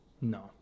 No